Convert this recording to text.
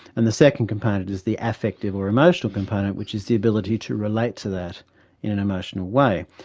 and the second component is the affective or emotional component which is the ability to relate to that in an emotional way.